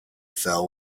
fell